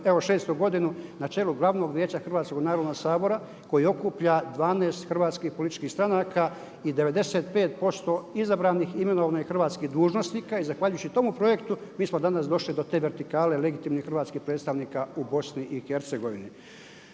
evo šestu godinu na čelu Glavnog vijeća Hrvatskog narodnog sabora koji okuplja 12 hrvatskih političkih stranaka i 95% izabranih imenovanih hrvatskih dužnosnika. I zahvaljujući tome projektu mi smo danas došli do te vertikale legitimnih hrvatskih predstavnika u BiH. Jedino